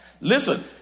Listen